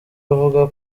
avuga